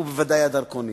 ובוודאי הדרכונים.